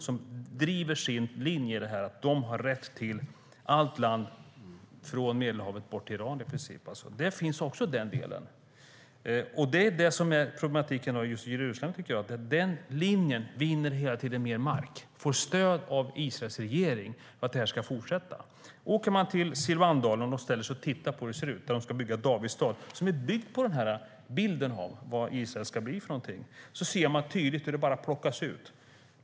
De driver sin linje att de har rätt till allt land från Medelhavet bort till Iran, i princip. Den delen finns också. Problematiken när det gäller Jerusalem är att den linjen hela tiden vinner mer mark och får stöd av Israels regering för att den ska fortsätta. Om man åker till Silwandalen och ställer sig och tittar på hur det ser ut där de ska bygga Davids stad, som utgår från bilden av vad Israel ska bli, ser man tydligt hur det plockas ut.